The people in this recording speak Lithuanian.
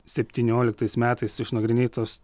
septynioliktais metais išnagrinėtos